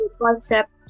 concept